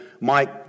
Mike